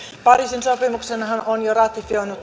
pariisin sopimuksenhan on ratifioinut